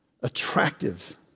attractive